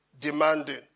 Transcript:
demanding